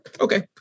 Okay